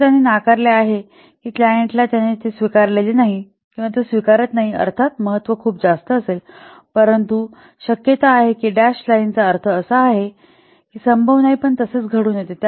तर त्याने नाकारले आहे की त्या क्लायंट ने स्वीकारला नाही आहे तो स्वीकारत नाही अर्थात महत्त्व खूप जास्त असेल परंतु शक्यता आहे की या डॅश लाइनचा अर्थ असा आहे की हे संभव नाही पण तसेच घडून येते